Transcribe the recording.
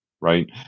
right